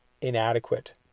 inadequate